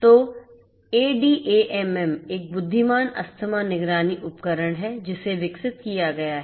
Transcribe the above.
तो ADAMM एक बुद्धिमान अस्थमा निगरानी उपकरण है जिसे विकसित किया गया है